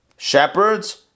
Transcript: Shepherds